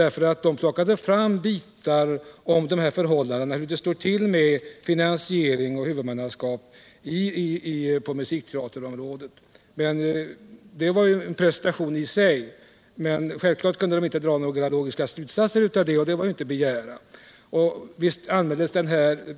Rådet plockade fram hur det stod till med finansieringen och huvudmannaskapet på musikteaterområdet. Det var en prestation i sig. Men självklart kunde rådet inte dra några logiska slutsatser av detta. Det var inte heller att begära.